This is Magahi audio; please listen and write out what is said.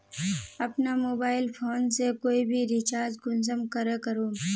अपना मोबाईल फोन से कोई भी रिचार्ज कुंसम करे करूम?